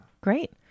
great